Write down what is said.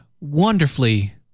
wonderfully